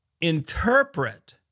interpret